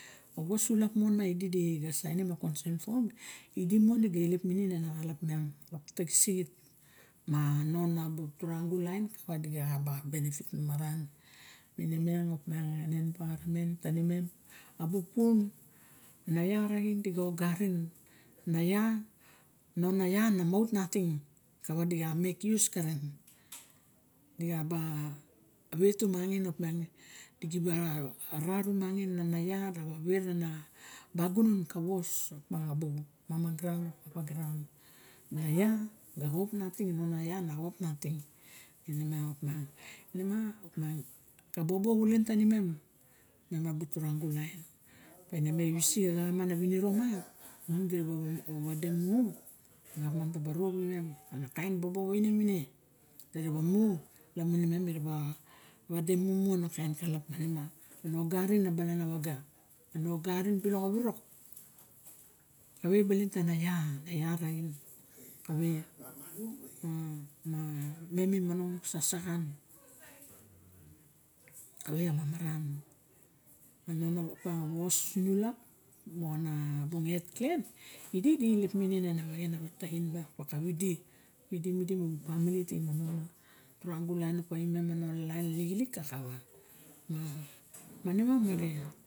A wos sulap ma diga sainim a consen pom lok taxisixit ma non a bu turagu lain kawa di ga ka ba benepit manam ine miang opiang ana invaronmen a bu pun mana ia raxin ma non a ia na mait nating kawa diga ka ba ma make ius karen dixa wet tumaaxgin opa diga ba rarumangin ana ia rawa vera ana bagunon opa rawa wos mama graun papa graun mo na ia na xop nating in miarg opiang inemea opa ka boboe xulen tawimem mem a ba turangu lain opa eiwisik a xo ana winiro ma moxa wade mu lamun men miraba wade xulen ma na ogarin a balan a waga nu ogarin bilok ane worok kave baling tano ia ia raxin kave a ia ma imem kave mamaran was sinilap kabu het xlan na wexen a wat tiwa di idi man family turuangu lain lisalik kawa